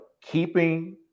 keeping